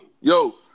Yo